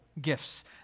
gifts